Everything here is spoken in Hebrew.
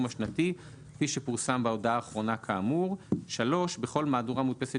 השנתי כפי שפורסם בהודעה האחרונה כאמור; (3) בכל מהדורה מודפסת